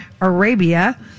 Arabia